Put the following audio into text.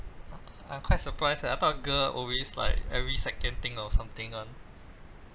I I I'm quite surprised leh I thought girl always like every second think of something [one]